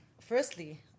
firstly